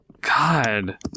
god